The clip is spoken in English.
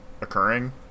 occurring